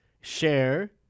share